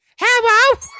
Hello